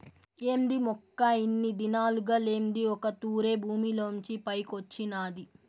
ఏంది మొక్క ఇన్ని దినాలుగా లేంది ఒక్క తూరె భూమిలోంచి పైకొచ్చినాది